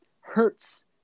hurts